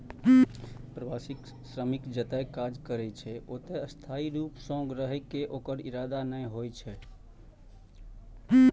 प्रवासी श्रमिक जतय काज करै छै, ओतय स्थायी रूप सं रहै के ओकर इरादा नै होइ छै